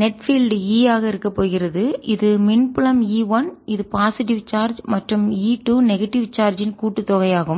net field நிகர புலம் E ஆக இருக்க போகிறது இது மின் புலம் E 1 இது பாசிட்டிவ் நேர்மறை சார்ஜ் மற்றும் E 2 நெகட்டிவ் எதிர்மறை சார்ஜ் இன் கூட்டுத்தொகையாகும்